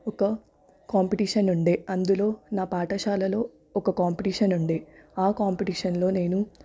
ఒక కాంపిటీషన్ ఉండే అందులో నా పాఠశాలలో ఒక కాంపిటీషన్ ఉండే కాంపిటీషన్లో నేను